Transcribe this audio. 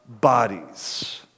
bodies